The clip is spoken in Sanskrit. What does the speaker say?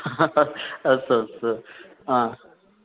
अस्तु अस्तु